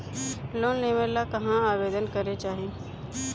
Loan लेवे ला कहाँ आवेदन करे के चाही?